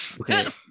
okay